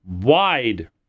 wide